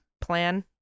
plan